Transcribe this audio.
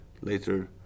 later